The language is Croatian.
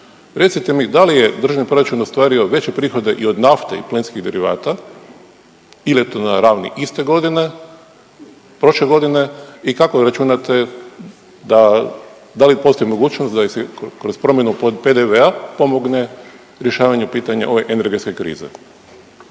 Recite mi da li je državni proračun ostvario veće prihode i od nafte i plinskih derivata ili je to na ravni iste godine, prošle godine. I kako računate da, da li postoji mogućnost da se i kroz promjenu PDV-a pomogne rješavanje pitanja ove energetske krize.